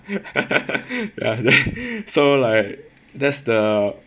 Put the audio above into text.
ya so like that's the